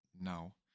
now